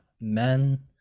men